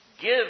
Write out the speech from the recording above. give